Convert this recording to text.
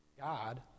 God